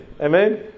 Amen